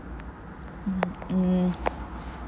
mm